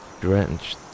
drenched